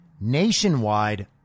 nationwide